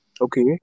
Okay